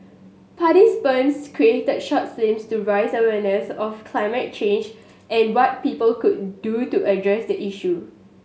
participants created short films to raise awareness of climate change and what people could do to address the issue